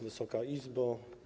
Wysoka Izbo!